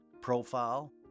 profile